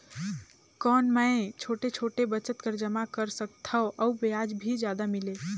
कौन मै छोटे छोटे बचत कर जमा कर सकथव अउ ब्याज भी जादा मिले?